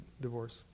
divorce